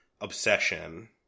obsession